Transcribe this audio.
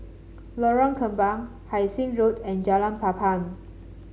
Lorong Kembang Hai Sing Road and Jalan Papan